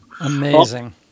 Amazing